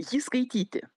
jį skaityti